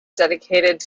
dedicated